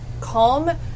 calm